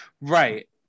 Right